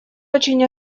очень